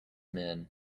man